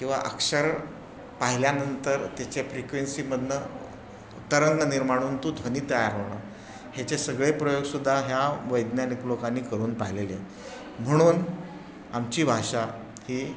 किंवा अक्षर पाहिल्यानंतर त्याचे फ्रिक्वेन्सीमधून तरंग निर्माण होऊन तो ध्वनी तयार होणं ह्याचे सगळे प्रयोग सुद्धा ह्या वैज्ञानिक लोकांनी करून पाहिलेले आहेत म्हणून आमची भाषा ही